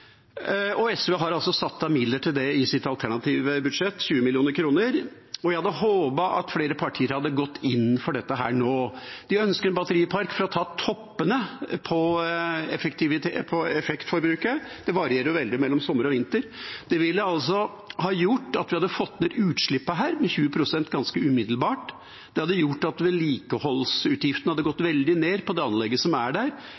og SV har altså satt av midler til det i sitt alternative budsjett, 20 mill. kr, og jeg hadde håpet at flere partier hadde gått inn for dette nå. Vi ønsker en batteripark for å ta toppene på effektforbruket. Dette varierer jo veldig mellom sommer og vinter. Det ville altså ha gjort at vi hadde fått ned utslippene her med 20 pst. ganske umiddelbart. Det ville gjort at vedlikeholdsutgiftene hadde gått